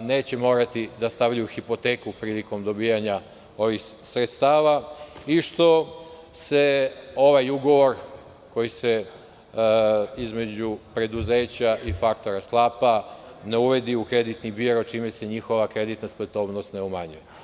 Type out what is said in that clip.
neće morati da stavljaju hipoteku prilikom dobijanja ovih sredstava i što se ovaj ugovor koji se između preduzeća i faktora sklapa ne uvodi u kreditni biro čime se njihova kreditna sposobnost ne umanjuje.